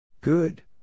Good